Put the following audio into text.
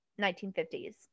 1950s